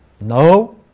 No